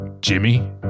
Jimmy